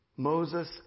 Moses